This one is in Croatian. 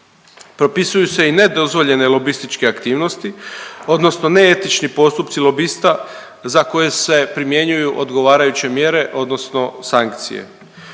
Propisuju se i nedozvoljene lobističke aktivnosti, odnosno neetični postupci lobista za koje se primjenjuju odgovarajuće mjere, odnosno sankcije.